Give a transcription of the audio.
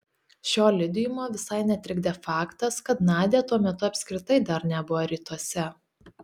šio liudijimo visai netrikdė faktas kad nadia tuo metu apskritai dar nebuvo rytuose